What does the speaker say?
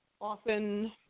often